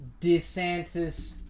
DeSantis